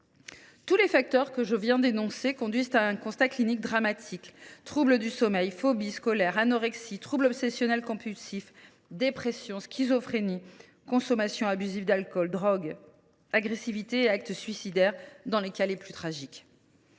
Tous ces facteurs aboutissent à un constat clinique dramatique : troubles du sommeil, phobie scolaire, anorexie, troubles obsessionnels compulsifs, dépression, schizophrénie, consommation abusive d’alcool, drogue, agressivité et actes suicidaires dans les cas les plus tragiques.